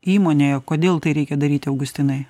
įmonėje kodėl tai reikia daryti augustinai